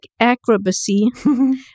acrobacy